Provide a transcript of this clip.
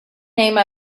name